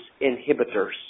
inhibitors